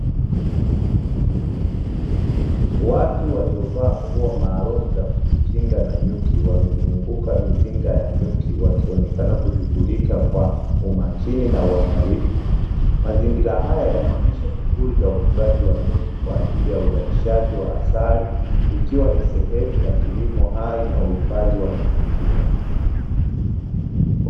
Watu waliovaa nguo maalumu za kujikinga na nyuki, wamezunguka mizinga ya nyuki wakionekana kushughulika kwa umakini na uangalifu. Mazingira haya yanaonyesha shughuli za ufugaji wa nyuki kwa ajili ya uzalishaji wa asali, ikiwa ni sehemu ya kilimo hai na uhifadhi wa mazingira.